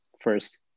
first